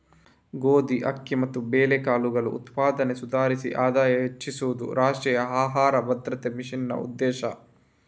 ಗೋಧಿ, ಅಕ್ಕಿ ಮತ್ತು ಬೇಳೆಕಾಳುಗಳ ಉತ್ಪಾದನೆ ಸುಧಾರಿಸಿ ಆದಾಯ ಹೆಚ್ಚಿಸುದು ರಾಷ್ಟ್ರೀಯ ಆಹಾರ ಭದ್ರತಾ ಮಿಷನ್ನ ಉದ್ದೇಶ